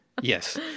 Yes